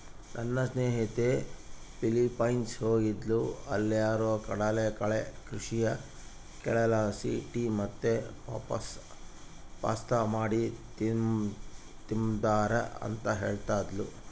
ನನ್ನ ಸ್ನೇಹಿತೆ ಫಿಲಿಪೈನ್ಸ್ ಹೋಗಿದ್ದ್ಲು ಅಲ್ಲೇರು ಕಡಲಕಳೆ ಕೃಷಿಯ ಕಳೆಲಾಸಿ ಟೀ ಮತ್ತೆ ಪಾಸ್ತಾ ಮಾಡಿ ತಿಂಬ್ತಾರ ಅಂತ ಹೇಳ್ತದ್ಲು